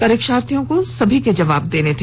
परीक्षार्थियों को सभी का जवाब देना था